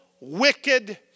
wicked